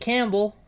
Campbell